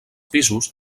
pisos